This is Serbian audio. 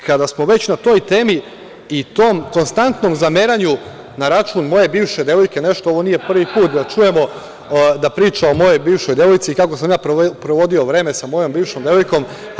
Kada smo već na toj temi i tom konstantnom zameranju na račun moje bivše devojke nešto, ovo nije prvi put da čujemo da priča o mojoj bivšoj devojci i kako sam ja provodio vreme sa mojom bivšom devojkom.